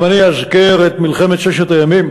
גם אני אאזכר את מלחמת ששת הימים